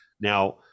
Now